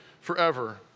forever